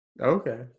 Okay